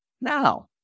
Now